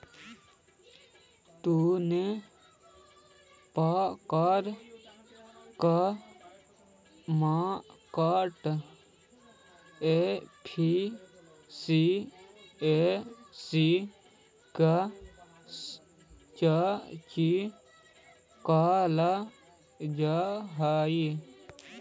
तीन प्रकार के मार्केट एफिशिएंसी के चर्चा कैल जा हई